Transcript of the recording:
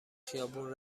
خیابون